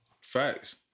Facts